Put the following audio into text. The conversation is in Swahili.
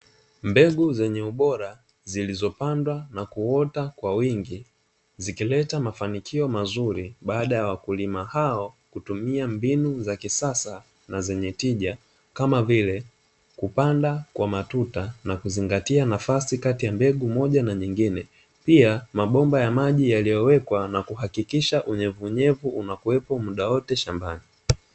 Mbegu zenye ubora zilizopandwa na kuota kwa wingi zikileta mafanikio mazuri baada ya wakulima hao kutumia mbinu za kisasa na zenye tija kama vile kupanda kwa matuta na kuzingatia nafasi kati ya mbegu moja na nyingine. Pia mabomba ya maji yaliyowekwa na kuhakikisha unyevuunyevu unakuwepo muda wote shambani.